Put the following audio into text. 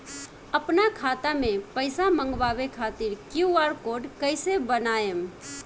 आपन खाता मे पईसा मँगवावे खातिर क्यू.आर कोड कईसे बनाएम?